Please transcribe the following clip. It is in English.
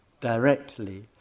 directly